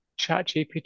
ChatGPT